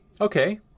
Okay